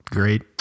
great